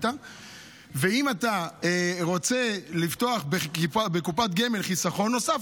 אם אתה רוצה לפתוח בקופת גמל חיסכון נוסף,